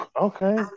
okay